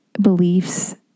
beliefs